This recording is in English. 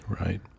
Right